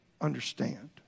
understand